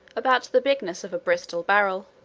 about the bigness of a bristol barrel.